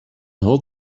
hold